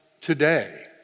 today